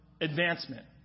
advancement